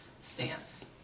stance